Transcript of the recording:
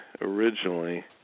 originally